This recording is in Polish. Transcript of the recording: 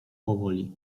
powoli